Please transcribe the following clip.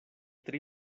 tri